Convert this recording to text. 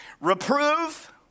reprove